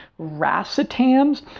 racetams